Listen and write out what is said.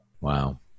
Wow